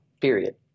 period